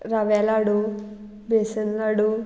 रव्या लाडू बेसन लाडू